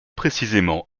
précisément